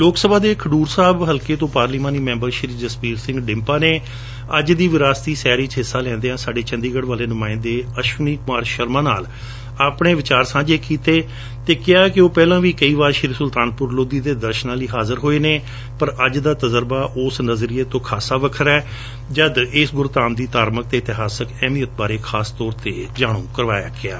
ਲੋਕਸਭਾ ਦੇ ਖਡੁਰ ਸਾਹਿਬ ਹਲਕੇ ਤੋ ਪਾਰਲੀਮਾਨੀ ਮੈਂਬਰ ਸ਼ੀ ਜਸਬੀਰ ਸਿੰਘ ਡਿੰਪਲ ਨੇ ਅੱਜ ਦੀ ਵਿਰਾਸਤੀ ਸੈਰ ਵਿੱਚ ਹਿੱਸਾ ਲੈਂਦਿਆਂ ਸਾਡੇ ਚੰਡੀਗੜ ਵਾਲੇ ਨੁਮਾਇੰਦੇ ਅਸ਼ਵਨੀ ਕੁਮਾਰ ਸ਼ਰਮਾ ਨਾਲ ਆਪਣੇ ਖਿਆਲ ਸਾਂਝੇ ਕੀਤੇ ਅਤੇ ਕਿਹਾ ਕਿ ਉਹ ਪਹਿਲਾਂ ਵੀ ਕਈ ਵਾਰ ਸ਼ੀ ਸੁਲਤਾਨਪੁਰ ਲੋਧੀ ਦੈ ਦਰਸਨਾਂ ਲਈ ਹਾਜਰ ਹੋਏ ਨੇ ਪਰ ਅੱਜ ਦਾ ਤਜਰਬਾ ਉਸ ਨਜਰਿਏ ਤੋ ਖਾਸਾ ਵੱਖਰਾ ਹੈ ਜ ਦਇਸ ਗੁਰਧਾਮ ਦੀ ਧਾਰਮਕ ਅਤੇ ਇਤਿਹਾਸਕ ਅਹਿਮੀਅਤ ਬਾਰੇ ਖਾਸ ਤੌਰ ਤੇ ਵਾਕਫ ਕਰਵਾਇਆ ਗਿਐ